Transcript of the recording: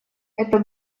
это